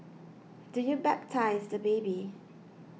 do you baptise the baby